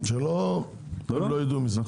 שלא יקרה שהם לא ידעו מזה.